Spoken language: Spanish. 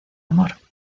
amor